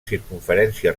circumferència